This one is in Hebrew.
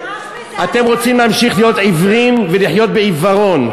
אתם רוצים להמשיך להיות עיוורים ולחיות בעיוורון,